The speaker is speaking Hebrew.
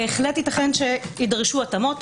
בהחלט ייתכן שיידרשו התאמות.